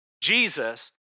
Jesus